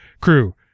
crew